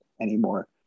anymore